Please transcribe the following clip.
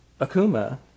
Akuma